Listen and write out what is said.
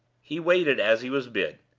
he waited as he was bid,